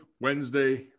Wednesday